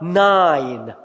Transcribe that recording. nine